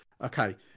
Okay